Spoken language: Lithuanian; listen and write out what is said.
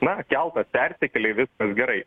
na keltas persikelia viskas gerai